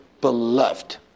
beloved